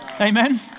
Amen